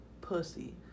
pussy